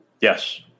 Yes